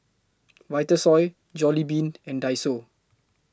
Vitasoy Jollibean and Daiso